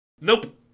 Nope